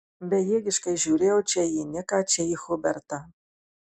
bejėgiškai žiūrėjau čia į niką čia į hubertą